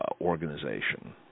organization